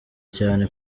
cyane